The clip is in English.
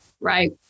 right